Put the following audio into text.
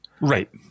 right